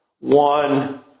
one